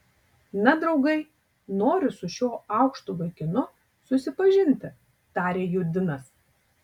na draugai noriu su šiuo aukštu vaikinu susipažinti tarė judinas